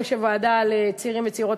כיושבת-ראש ועדת המשנה לצעירים וצעירות